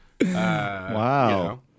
Wow